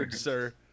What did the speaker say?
sir